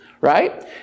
Right